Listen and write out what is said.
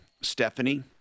Stephanie